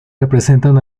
representan